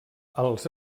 als